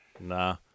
Nah